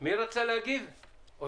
אני מבקש להזכיר לכל הנוכחים, לאלו